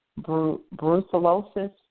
brucellosis